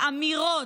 האמירות,